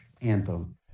anthem